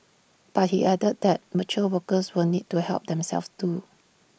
but he added that mature workers will need to help themselves too